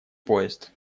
поезд